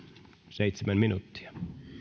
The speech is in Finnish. seitsemän minuuttia